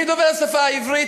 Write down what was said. אני דובר השפה העברית,